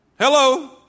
Hello